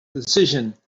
decision